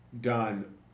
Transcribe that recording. done